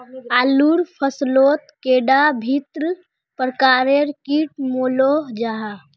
आलूर फसलोत कैडा भिन्न प्रकारेर किट मिलोहो जाहा?